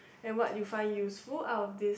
and what you find useful out of this